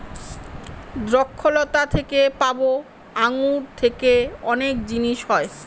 দ্রক্ষলতা থেকে পাবো আঙ্গুর থেকে অনেক জিনিস হয়